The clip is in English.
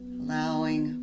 allowing